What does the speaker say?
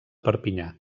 perpinyà